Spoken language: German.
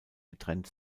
getrennt